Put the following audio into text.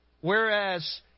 whereas